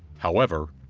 however,